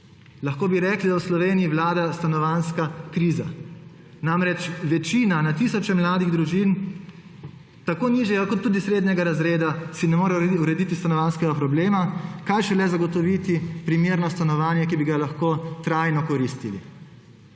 Lahko bi rekli, da v Sloveniji vlada stanovanjska kriza. Na tisoče mladih družin tako nižjega kot tudi srednjega razreda si ne more urediti stanovanjskega problema, kaj šele zagotoviti primernega stanovanja, ki bi ga lahko trajno koristili.